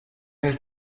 have